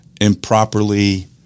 improperly